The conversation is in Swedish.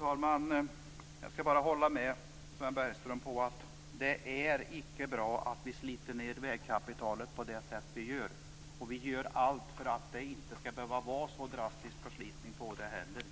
Fru talman! Jag håller med Sven Bergström om att det inte är bra att vi sliter ned vägkapitalet på det sätt som vi gör. Vi gör allt för att det inte skall behöva vara en så drastisk förslitning av det heller.